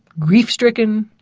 grief-stricken,